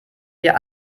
dir